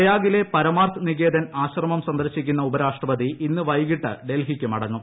പ്രയാഗിലെ പരമാർത്ഥ് നികേതൻ ആശ്രമം സന്ദർശിക്കുന്ന ഉപരാഷ്ട്രപതി ഇന്ന് വൈകിട്ട് ഡൽഹിക്ക് മടങ്ങും